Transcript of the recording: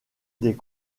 des